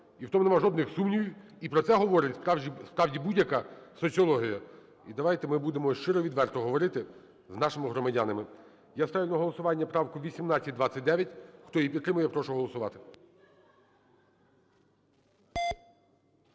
і в тому нема жодних сумнівів. І про це говорить справді будь-яка соціологія. І давайте ми будемо щиро і відверто говорити з нашими громадянами. Я ставлю на голосування правку 1829. Хто її підтримує, я прошу голосувати.